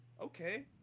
okay